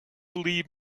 leave